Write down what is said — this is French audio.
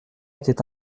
était